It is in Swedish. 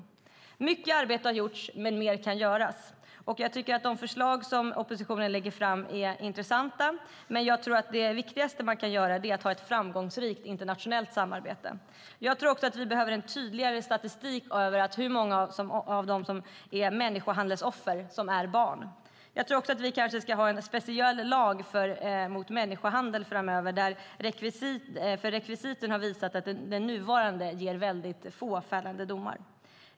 Som sagt: Mycket arbete har gjorts, men mer kan göras. De förslag som oppositionen lägger fram är intressanta, men jag tror att det viktigaste är att ha ett framgångsrikt internationellt samarbete. Vi behöver också en tydligare statistik över hur många människohandelsoffer som är barn. Vi bör också ha en speciell lag mot människohandel, för rekvisiten visar att den nuvarande lagstiftningen ger få fällande domar.